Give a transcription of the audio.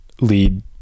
lead